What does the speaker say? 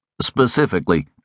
specifically